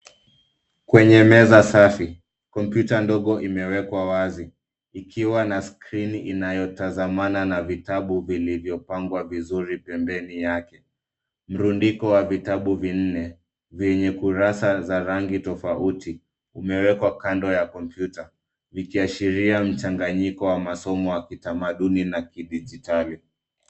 Kwenye meza safi. Kompyuta ndogo imewekwa wazi ikiwa na skrini inayotazamana na vitabu vilivyopangwa vizuri pembeni yake. Mrundiko wa vitabu vinne vyenye kurasa za rangi tofauti umewekwa kando ya kompyuta vikiashiria mchanganyiko wa masomo wa kitamaduni na kidijitali.